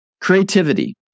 Creativity